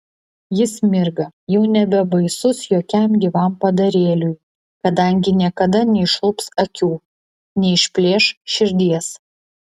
jis mirga jau nebebaisus jokiam gyvam padarėliui kadangi niekada neišlups akių neišplėš širdies